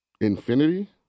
Infinity